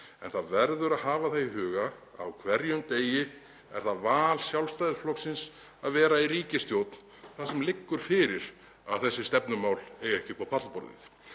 En það verður að hafa það í huga að á hverjum degi er það val Sjálfstæðisflokksins að vera í ríkisstjórn þar sem liggur fyrir að þessi stefnumál eigi ekki upp á pallborðið.